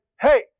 hey